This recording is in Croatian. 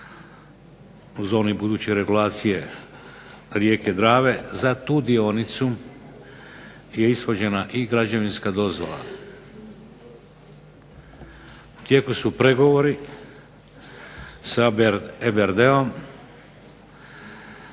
u zoni buduće regulacije rijeke Drave. Za tu dionicu je ishođena i građevinska dozvola. U tijeku su pregovori sa EBRD-om